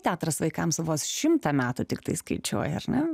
teatras vaikams vos šimtą metų tiktai skaičiuoja ar ne